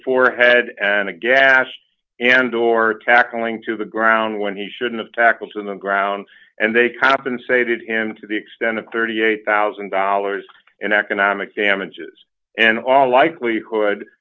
forehead and aghast and door tackling to the ground when he shouldn't tackle to the ground and they compensated him to the extent of thirty eight thousand dollars in economic damages and all likelihood